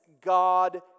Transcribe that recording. God